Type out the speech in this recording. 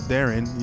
Darren